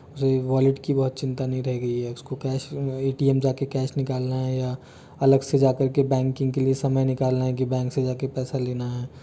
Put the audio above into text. उसे वॉलेट की बहुत चिंता नहीं रह गई है उसको कैश ए टी एम जाकर कैश निकालना है या अलग से जाकर के बैंकिंग के लिए समय निकालना है कि बैंक से जाकर पैसा लेना है